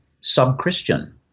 sub-Christian